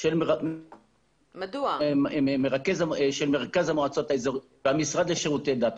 של מרכז המועצות האזוריות והמשרד לשירותי דת.